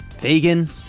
Vegan